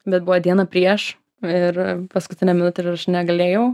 bet buvo diena prieš ir paskutinę minutę ir aš negalėjau